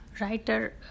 Writer